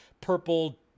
purple